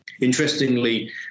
Interestingly